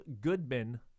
Goodman